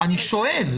אני שואל.